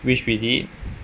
which we did